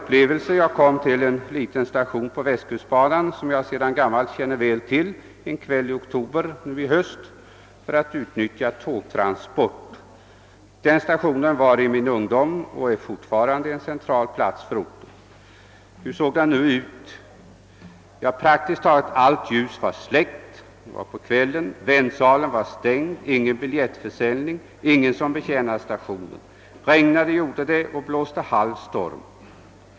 Jag kom en kväll i oktober nu i höst till en liten station på västkustbanan, som jag sedan gammalt känner väl till, för att utnyttja tågtransport. Den stationen var i min ungdom och är fortfarande en central plats för orten. Hur såg den nu ut? Praktiskt taget allt ljus var släckt. Väntsalen var stängd, där fanns ingen biljettförsäljning, ingen som betjänade stationen. Regnade gjorde det och det blåste halv storm.